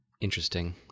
Interesting